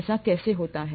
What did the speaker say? ऐसा कैसे होता है